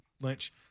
Lynch